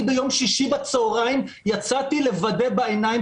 אני ביום שישי בצוהריים יצאתי לוודא בעיניים